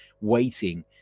waiting